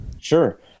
sure